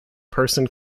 person